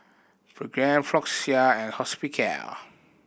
Pregain Floxia and Hospicare